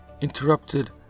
interrupted